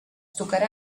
tocarà